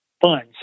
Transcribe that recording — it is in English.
funds